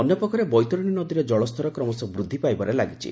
ଅନ୍ୟପକ୍ଷରେ ବୈତରଶୀ ନଦୀରେ ଜଳସ୍ତର କ୍ରମଶଃ ବୃଦ୍ଧି ପାଇବାରେ ଲାଗିଛି